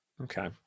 Okay